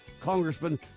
Congressman